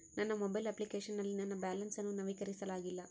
ನನ್ನ mobile application ನಲ್ಲಿ ನನ್ನ ಬ್ಯಾಲೆನ್ಸ್ ಅನ್ನು ನವೀಕರಿಸಲಾಗಿಲ್ಲ